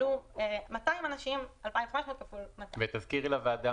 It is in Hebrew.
עלו 200 אנשים 2,500 כפול 200. ותזכירי לוועדה,